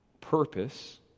Purpose